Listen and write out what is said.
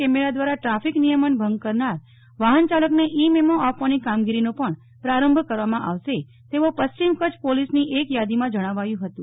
camera દ્વારા traffic નિયમન ભંગ કરનાર વાહન ચાલકને ઈ મેમો આપવાની કામગીરીનો પણ પ્રારંભ કરવામાં આવશે તેવો પશ્રિમ કચ્છ પોલીસની એક યાદીમાં જણાવાયું હતું